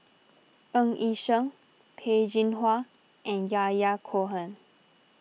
Ng Yi Sheng Peh Chin Hua and Yahya Cohen